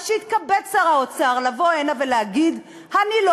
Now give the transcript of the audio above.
אז שיתכבד שר האוצר לבוא הנה ולהגיד: אני לא